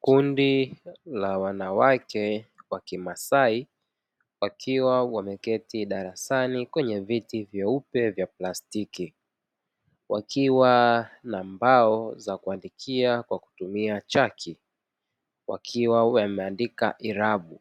Kundi la wanawake wa kimasai, wakiwa wameketi darasani kwenye viti vyeupe vya plastiki. Wakiwa na mbao za kuandikia kwa kutumia chaki. Wakiwa wameandika irabu,